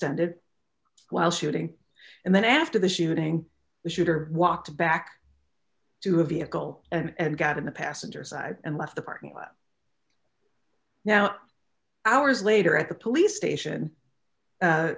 extended while shooting and then after the shooting the shooter walked back to a vehicle and got in the passenger side and left the parking lot now hours later at the police station